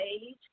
age